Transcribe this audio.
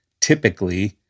typically